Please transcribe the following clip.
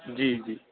ਜੀ ਜੀ